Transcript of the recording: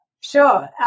Sure